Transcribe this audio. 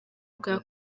bwa